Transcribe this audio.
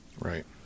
Right